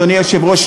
אדוני היושב-ראש,